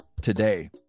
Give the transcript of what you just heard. today